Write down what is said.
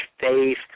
faith